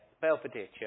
Belvedere